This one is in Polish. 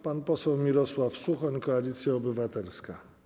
Pan poseł Mirosław Suchoń, Koalicja Obywatelska.